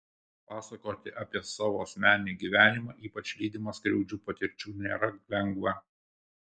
pasakoti apie savo asmeninį gyvenimą ypač lydimą skaudžių patirčių nėra lengva